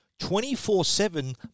24-7